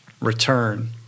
return